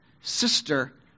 sister